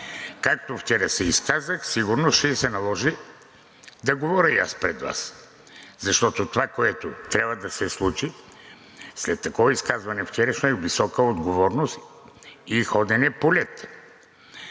Както вчера се изказах, сигурно ще се наложи да говоря и аз пред Вас, защото това, което трябва да се случи след такова като вчерашното изказване, е висока отговорност и ходене по лед.